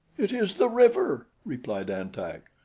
it is the river, replied an-tak.